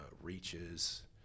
reaches